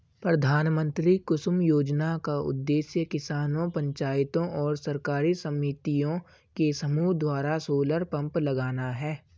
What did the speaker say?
प्रधानमंत्री कुसुम योजना का उद्देश्य किसानों पंचायतों और सरकारी समितियों के समूह द्वारा सोलर पंप लगाना है